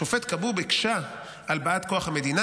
השופט כבוב הקשה על באת כוח המדינה,